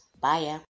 bye